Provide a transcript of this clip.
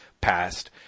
passed